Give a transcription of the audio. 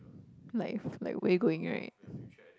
like if like where you going right